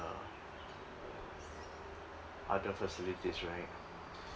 uh other facilities right